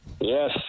Yes